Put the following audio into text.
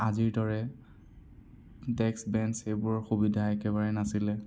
আজিৰ দৰে desks bench এইবোৰৰ সুবিধা একেবাৰে নাছিলে